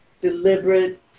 deliberate